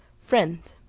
friend,